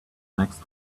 next